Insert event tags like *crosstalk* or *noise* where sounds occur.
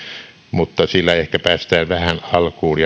mutta sillä ehkä päästään vähän alkuun *unintelligible*